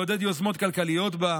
לעודד יוזמות כלכליות בה,